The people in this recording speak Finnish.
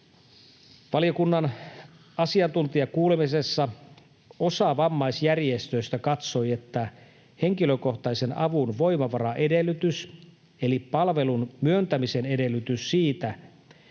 Valiokunnan asiantuntijakuulemisessa osa vammaisjärjestöistä katsoi, että henkilökohtaisen avun voimavaraedellytys, eli palvelun myöntämisen edellytys siitä, että